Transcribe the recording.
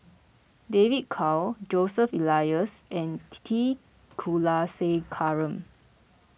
David Kwo Joseph Elias and T Kulasekaram